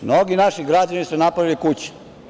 Mnogi naši građani su napravili kuće.